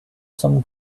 some